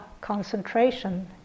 concentration